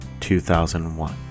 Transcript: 2001